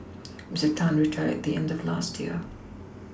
Mister Tan retired at the end of last year